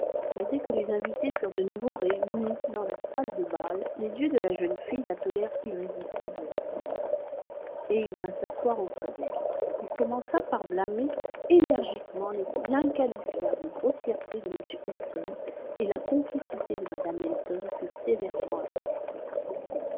mais dès que les invités furent de nouveau réunis dans la salle de bal les yeux de la jeune fille l'appelèrent irrésistiblement et il vint s'asseoir auprès d'elle il commença par blâmer énergiquement l'inqualifiable grossièreté de m elton et la complicité de mme elton fut sévèrement appréciée